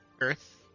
Earth